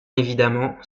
évidemment